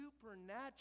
supernatural